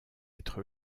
être